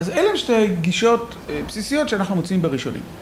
‫אז אלה הם שתי גישות בסיסיות ‫שאנחנו מוצאים בראשונים.